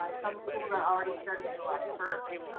some schools are already starting july first.